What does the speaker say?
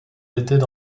étaient